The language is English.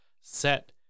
set